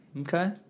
Okay